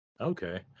Okay